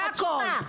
זה הכול.